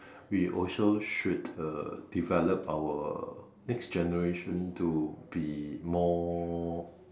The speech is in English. we also should uh develop our next generation to be more